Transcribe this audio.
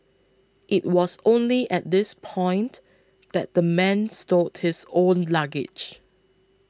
it was only at this point that the man stowed his own luggage